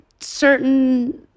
certain